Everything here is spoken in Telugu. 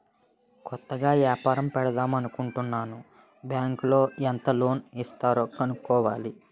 కొత్తగా ఏపారం పెడదామనుకుంటన్నాను బ్యాంకులో ఎంత లోను ఇస్తారో కనుక్కోవాల